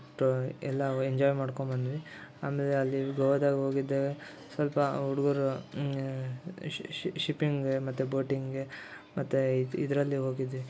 ಒಟ್ಟು ಎಲ್ಲ ಎಂಜಾಯ್ ಮಾಡ್ಕೊಂಡ್ಬಂದ್ವಿ ಆಮೇಲೆ ಅಲ್ಲಿ ಗೋವಾದಾಗೆ ಹೋಗಿದ್ದೇ ಸ್ವಲ್ಪ ಹುಡುಗರು ಶಿಪ್ಪಿಂಗ್ಗೆ ಮತ್ತು ಬೋಟಿಂಗ್ಗೆ ಮತ್ತು ಇದು ಇದರಲ್ಲಿ ಹೋಗಿದ್ವಿ